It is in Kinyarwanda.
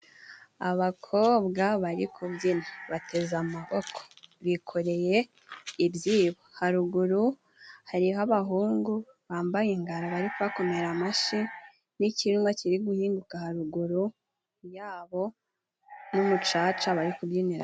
Abakobwa bari kubyina. Bateze amaboko, bikoreye ibyibo, haruguru hari ho abahungu bambaye ingara bari kubamerara amashyi n'kirima kiri guhinguka haruguru ya bo n'umucaca bari kubyiniramo.